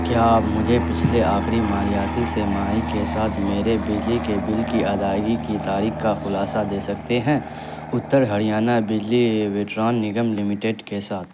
کیا آپ مجھے پچھلے آخری مالیاتی سرمایی کے ساتھ میرے بجلی کے بل کی ادائیگی کی تاریخ کا خلاصہ دے سکتے ہیں اتّر ہڑیانہ بجلی وٹران نگم لمیٹڈ کے ساتھ